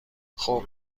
خوب